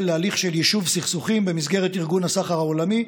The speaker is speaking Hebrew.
להליך של יישוב סכסוכים במסגרת ארגון הסחר העולמי,